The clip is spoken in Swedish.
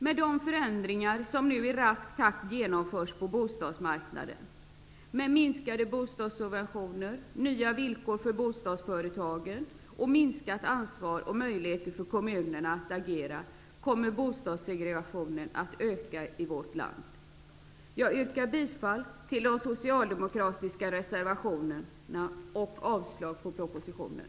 Med de förändringar som nu i rask takt genomförs på bostadsmarknaden, med minskade bostadssubventioner, nya villkor för bostadsföretagen, minskat ansvar och minskade möjligheter för kommunerna att agera kommer bostadssegregationen att öka i vårt land. Jag yrkar bifall till de socialdemokratiska reservationerna och avslag på propositionen.